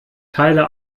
teile